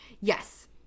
yes